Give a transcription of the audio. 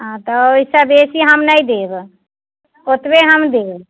हँ तऽ ओहिसँ बेसी हम नहि देब ओतबे हम देब